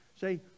Say